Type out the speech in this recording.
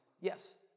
Yes